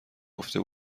گفته